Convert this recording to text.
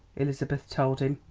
elizabeth told him.